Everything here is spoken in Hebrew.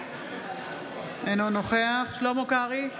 אינו נוכח שלמה קרעי,